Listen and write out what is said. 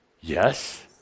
Yes